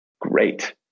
great